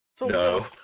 No